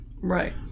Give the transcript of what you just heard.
Right